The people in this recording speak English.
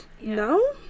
No